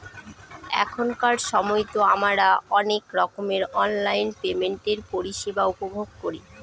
এখনকার সময়তো আমারা অনেক রকমের অনলাইন পেমেন্টের পরিষেবা উপভোগ করি